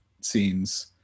scenes